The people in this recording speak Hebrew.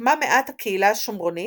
השתקמה מעט הקהילה השומרונית,